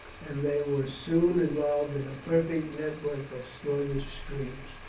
and they were soon involved in a perfect network of sluggish streams.